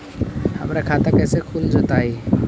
हमर खाता कैसे खुल जोताई?